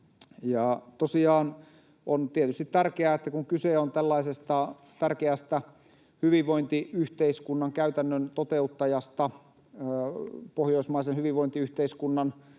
Tosiaan on tietysti tärkeää, kun kyse on tällaisesta tärkeästä hyvinvointiyhteiskunnan käytännön toteuttajasta, pohjoismaisen hyvinvointiyhteiskunnan